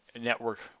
network